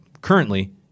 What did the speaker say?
currently